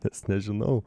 nes nežinau